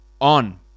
on